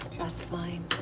that's fine.